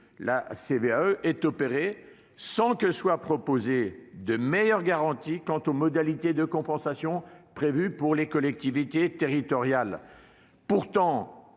(CVAE), est opéré sans que soient proposées de meilleures garanties quant aux modalités de compensation prévues pour les collectivités territoriales. Pourtant,